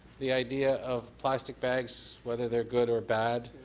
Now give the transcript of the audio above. the idea of plastic bags whether they are good or bad,